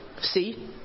see